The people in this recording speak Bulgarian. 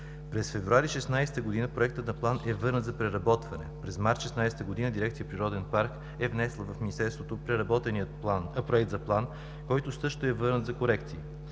През февруари 2016 г. проектът на план е върнат за преработване. През март 2016 г. дирекция „Природен парк Витоша“ е внесла в Министерството преработения проект за план, който също е върнат за корекции.